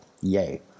Yay